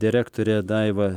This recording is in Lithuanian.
direktorė daiva